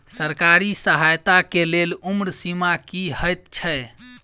सरकारी सहायता केँ लेल उम्र सीमा की हएत छई?